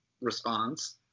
response